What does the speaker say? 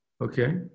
Okay